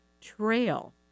Trail